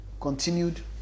continued